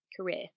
career